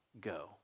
go